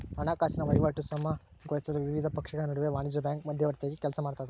ಹಣಕಾಸಿನ ವಹಿವಾಟು ಸುಗಮಗೊಳಿಸಲು ವಿವಿಧ ಪಕ್ಷಗಳ ನಡುವೆ ವಾಣಿಜ್ಯ ಬ್ಯಾಂಕು ಮಧ್ಯವರ್ತಿಯಾಗಿ ಕೆಲಸಮಾಡ್ತವ